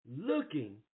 looking